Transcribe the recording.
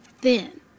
thin